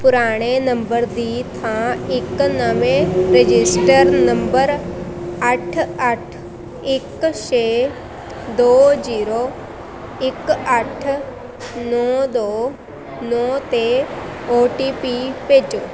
ਪੁਰਾਣੇ ਨੰਬਰ ਦੀ ਥਾਂ ਇੱਕ ਨਵੇਂ ਰਜਿਸਟਰ ਨੰਬਰ ਅੱਠ ਅੱਠ ਇੱਕ ਛੇ ਦੋ ਜ਼ੀਰੋ ਇੱਕ ਅੱਠ ਨੌਂ ਦੋ ਨੌਂ 'ਤੇ ਓ ਟੀ ਪੀ ਭੇਜੋ